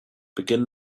begin